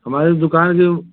हमारी दुकान पर वह